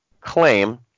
claim